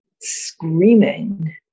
screaming